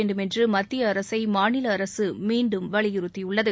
வேண்டும் என்று மத்திய அரசை மாநில அரசு மீண்டும் வலியுறுத்தியுள்ளது